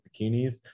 bikinis